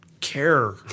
care